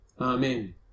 Amen